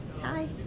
Hi